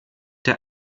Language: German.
der